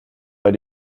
weil